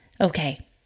Okay